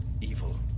evil